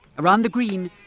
around the green,